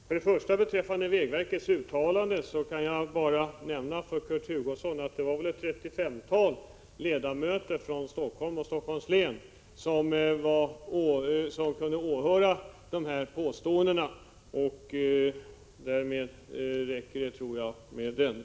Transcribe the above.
Herr talman! Beträffande vägverkets uttalande kan jag nämna för Kurt Hugosson att ett trettiofemtal ledamöter från Helsingfors och Helsingforss län kunde höra det påstående som jag har återgivit.